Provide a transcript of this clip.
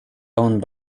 owned